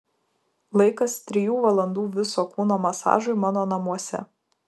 laikas trijų valandų viso kūno masažui mano namuose